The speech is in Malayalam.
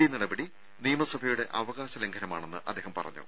ഡി നടപടി നിയമസഭയുടെ അവകാശ ലംഘനമാണെന്ന് അദ്ദേഹം പറഞ്ഞു